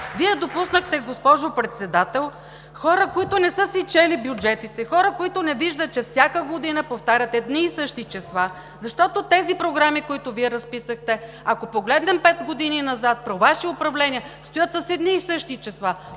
Вие допуснахте хора, които не са си чели бюджетите, хора, които не виждат, че всяка година повтарят едни и същи числа, защото тези програми, които Вие разписахте, ако погледнем пет години назад при Вашите управления, стоят с едни и същи числа.